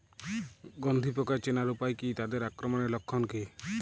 গন্ধি পোকা চেনার উপায় কী তাদের আক্রমণের লক্ষণ কী?